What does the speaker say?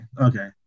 okay